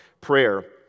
prayer